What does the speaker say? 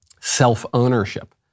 self-ownership